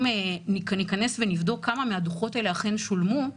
אם ניכנס ונבדוק כמה מהדוחות האלה אכן שולמו,